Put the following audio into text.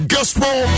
Gospel